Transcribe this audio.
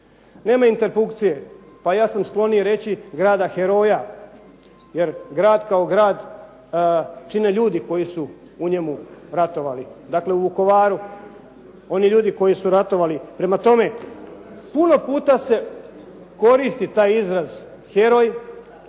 Nema interpunkcije, pa ja sam skloniji reći grada heroja. Jer grad kao grad čine ljudi koji su u njemu ratovali, dakle u Vukovaru. Oni ljudi koji su ratovali. Prema tome, puno puta se koristi taj izraz heroj,